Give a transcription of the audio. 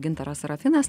gintaras sarafinas